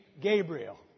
Gabriel